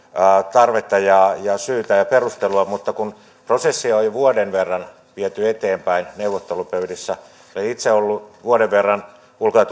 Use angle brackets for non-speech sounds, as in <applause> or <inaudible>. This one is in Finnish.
tarvetta syytä ja perustelua mutta kun prosessia on jo vuoden verran viety eteenpäin neuvottelupöydissä ja olen itse ollut vuoden verran ulko ja <unintelligible>